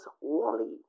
Wally